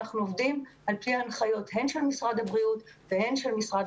אנחנו עובדים על פי ההנחיות הן של משרד הבריאות והן של משרד